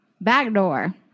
backdoor